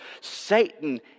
Satan